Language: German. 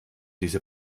diese